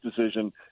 decision